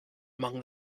among